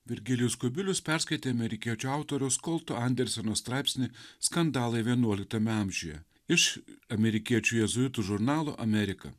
virgilijus kubilius perskaitė amerikiečių autoriaus kolto anderseno straipsnį skandalai vienuoliktame amžiuje iš amerikiečių jėzuitų žurnalo amerika